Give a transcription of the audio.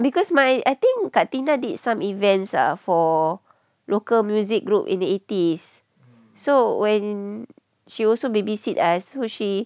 because my I think kak tina did some events ah for local music group in the eighties so when she also babysit us so she